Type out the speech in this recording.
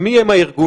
מי הם הארגונים?